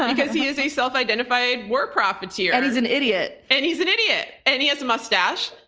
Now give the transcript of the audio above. because he is a self-identified war profiteer. and he's an idiot. and he's an idiot. and he has a mustache.